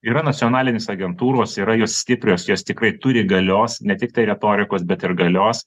yra nacionalinės agentūros yra jos stiprios jos tikrai turi galios ne tiktai retorikos bet ir galios